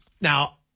now